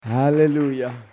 Hallelujah